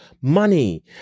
Money